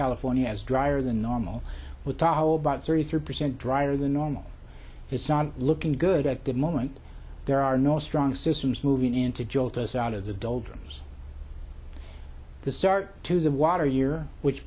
california as drier than normal with our about thirty three percent drier than normal it's not looking good at the moment there are no strong systems moving into jolt us out of the doldrums the start to the water year which